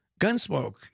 Gunsmoke